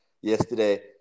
yesterday